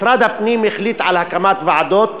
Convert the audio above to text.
משרד הפנים החליט על הקמת ועדות.